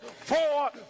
four